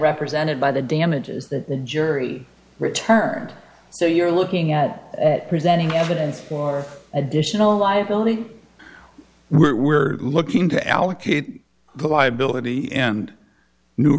represented by the damages that the jury returned so you're looking at presenting evidence for additional liability we're looking to allocate the liability and new